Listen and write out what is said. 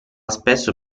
spesso